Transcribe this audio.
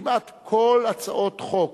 שכמעט כל הצעות החוק